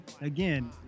Again